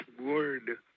word